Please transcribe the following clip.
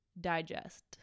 digest